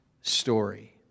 story